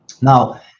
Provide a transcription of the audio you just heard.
Now